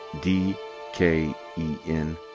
d-k-e-n